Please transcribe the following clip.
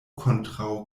kontraŭ